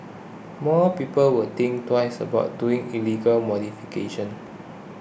more people will think twice about doing illegal modifications